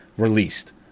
released